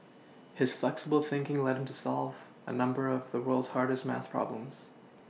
his flexible thinking led him to solve a number of the world's hardest maths problems